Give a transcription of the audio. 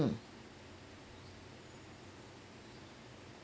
mm